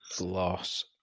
loss